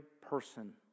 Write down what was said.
person